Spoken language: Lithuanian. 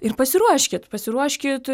ir pasiruoškit pasiruoškit